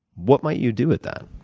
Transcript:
what might you do with that?